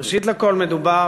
ראשית כול מדובר,